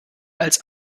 als